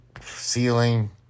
ceiling